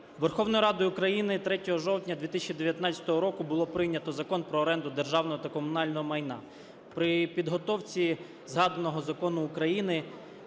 Верховною Радою України 3 жовтня 2019 було прийнято Закон "Про оренду державного та комунального майна". При підготовці згаданого закону України